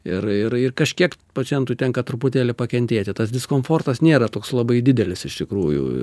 ir ir ir kažkiek pacientų tenka truputėlį pakentėti tas diskomfortas nėra toks labai didelis iš tikrųjų